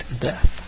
death